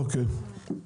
אוקיי.